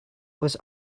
was